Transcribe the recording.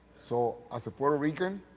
so as a puerto rican,